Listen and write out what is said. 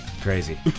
Crazy